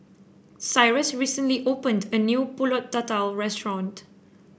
Cyrus recently opened a new pulut tatal restaurant